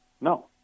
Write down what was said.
No